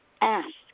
ask